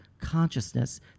consciousness